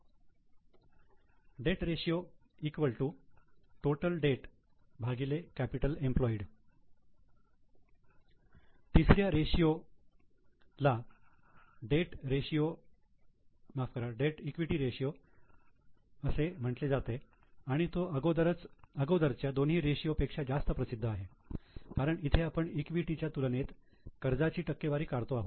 एकूण debt debt ratio capital employed तिसऱ्या ratio ला डेट ईक्विटी रेशियो असे म्हणहॅलोतात आणि तो अगोदरच्या दोन्ही रेशियो पेक्षा जास्त प्रसिद्ध आहे कारण इथे आपण ईक्विटी च्या तुलनेत कर्जाची टक्केवारी काढतो आहोत